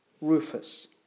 Rufus